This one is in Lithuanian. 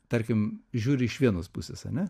tarkim žiūri iš vienos pusės ane